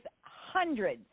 hundreds